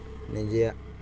ᱱᱤᱡᱮᱨᱟᱜ